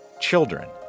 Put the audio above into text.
children